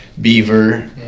beaver